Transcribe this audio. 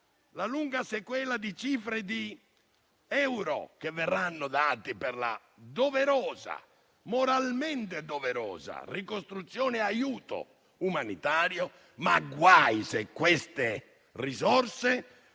la lunga sequela di cifre, di euro che verranno dati per la moralmente doverosa ricostruzione e per gli aiuti umanitari, ma guai se queste risorse